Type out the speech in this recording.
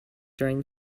during